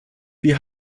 wir